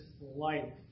life